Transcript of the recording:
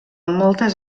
moltes